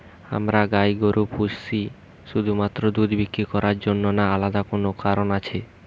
আমরা গাই গরু পুষি শুধুমাত্র দুধ বিক্রি করার জন্য না আলাদা কোনো কারণ আছে?